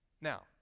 Now